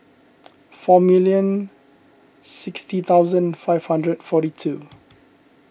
four million sixty thousand five hundred forty two